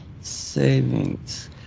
Savings